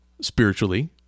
spiritually